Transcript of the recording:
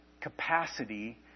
capacity